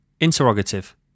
Interrogative